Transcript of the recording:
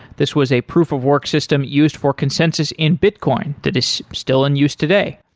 this was a proof of work system used for consensus in bitcoin that is still in use today,